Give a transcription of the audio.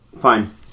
fine